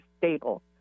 stable